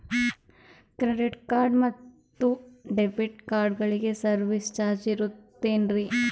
Credit card ಮತ್ತು debit ಕಾರ್ಡಗಳಿಗೆ service charge ಇರುತೇನ್ರಿ?